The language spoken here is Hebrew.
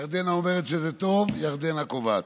ירדנה אומרת שזה טוב, ירדנה קובעת.